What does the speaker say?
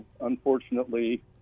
unfortunately